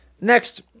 Next